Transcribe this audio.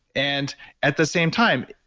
and at the same time,